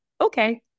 okay